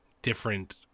different